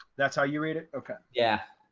that's how you read it. okay. yeah.